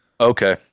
Okay